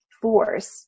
force